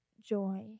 joy